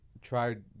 tried